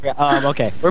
Okay